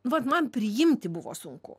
vat man priimti buvo sunku